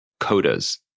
codas